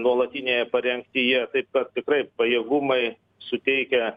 nuolatinėje parengtyje taip kad tikrai pajėgumai suteikia